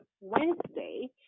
Wednesday